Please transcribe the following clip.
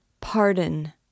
Pardon